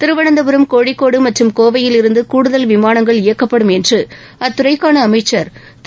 திருவனந்தபுரம் கோழிக்கோடு மற்றும் கோவையில் இருந்து கூடுதல் விமானங்கள் இயக்கப்படும் என்று அத்துறைக்கான அமைச்சர் திரு